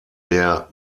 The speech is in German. der